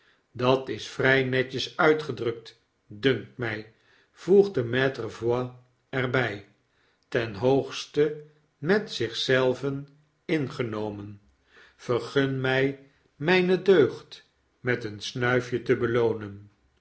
dat is vrfl netjes uitgedrukt dunkt mij voegde maitre voigt er bij ten hoogste met zich zelven ingenomen vergun mij mijne deugd met een snuifje te beloonen